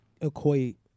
equate